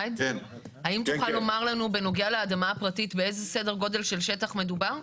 האם תוכל להגיד לנו בנוגע לאדמה הפרטית באיזה שטח מדובר?